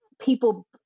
people